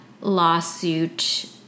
lawsuit